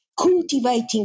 cultivating